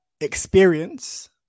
experience